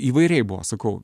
įvairiai buvo sakau